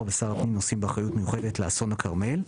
ושר הפנים נושאים באחריות מיוחדת לאסון הכרמל.